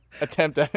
Attempt